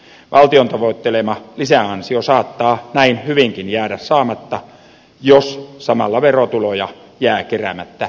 valtion tavoittelema lisäansio saattaa näin hyvinkin jäädä saamatta jos samalla verotuloja jää keräämättä muualta